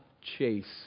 chase